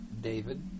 David